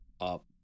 up